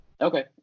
Okay